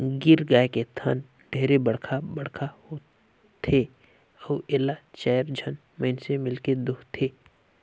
गीर गाय के थन हर ढेरे बड़खा बड़खा होथे अउ एला चायर झन मइनसे मिलके दुहथे